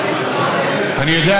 מהתורה.